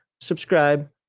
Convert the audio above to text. subscribe